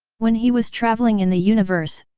when he was travelling in the universe,